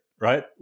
right